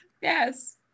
Yes